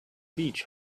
beach